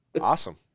Awesome